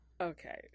okay